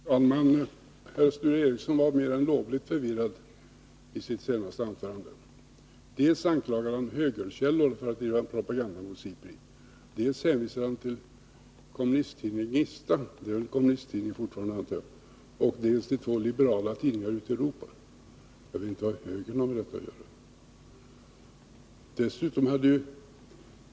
Herr talman! Herr Sture Ericson var mer än lovligt förvirrad i sitt senaste anförande. Å ena sidan anklagade han högerkrafter för att driva en propaganda mot SIPRI, å andra sidan hänvisade han dels till kommunisttidningen Gnistan — jag antar att den fortfarande är en kommunisttidning—, dels till två liberala tidningar ute i Europa. Jag vet inte vad högern har med detta att göra.